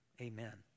Amen